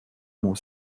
mon